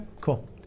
cool